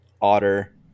Otter